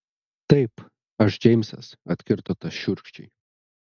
taip aš džeimsas atkirto tas šiurkščiai